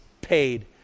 paid